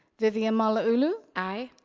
vivian malauulu? aye.